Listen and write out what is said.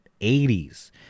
80s